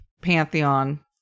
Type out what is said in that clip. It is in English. Pantheon